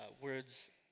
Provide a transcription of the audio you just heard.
words